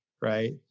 right